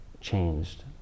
changed